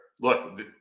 look